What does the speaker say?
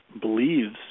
believes